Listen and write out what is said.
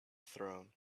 throne